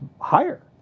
higher